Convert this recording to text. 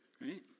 Right